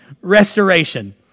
restoration